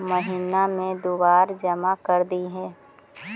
महिना मे दु बार जमा करदेहिय?